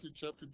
chapter